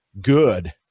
good